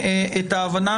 את ההבנה